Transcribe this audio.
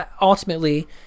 ultimately